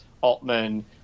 Altman